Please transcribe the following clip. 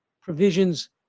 provisions